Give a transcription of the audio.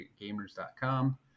gamers.com